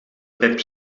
pep